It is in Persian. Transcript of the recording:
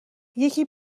یکی